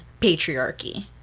patriarchy